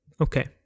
okay